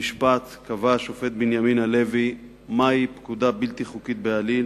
במשפט קבע השופט בנימין הלוי מהי פקודה בלתי חוקית בעליל.